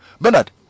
Bernard